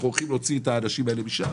אנחנו הולכים להוציא את האנשים האלה משם.